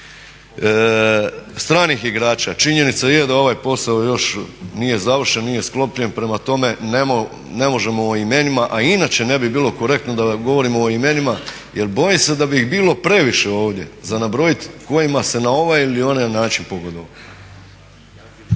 stranih igrača, činjenica je da ovaj posao još nije završen, nije sklopljen. Prema tome, ne možemo o imenima, a i inače ne bi bilo korektno da govorimo o imenima jer bojim se da bi ih bilo previše ovdje za nabrojiti kojima se na ovaj ili onaj način pogodovalo.